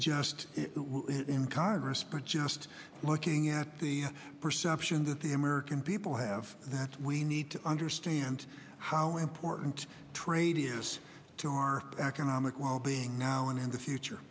just in congress but just looking at the perception that the american people have that we need to understand how important trade is to our economic wellbeing now and in the future